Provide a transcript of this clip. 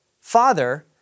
Father